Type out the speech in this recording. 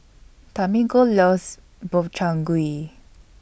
Tamiko loves Gobchang Gui